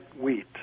wheat